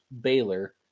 Baylor